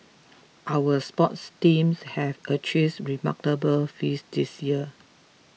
our sports teams have achieves remarkable feats this year